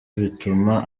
bituma